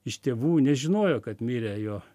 iš tėvų nežinojo kad mirė jo